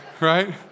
right